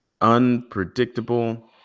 unpredictable